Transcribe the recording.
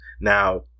Now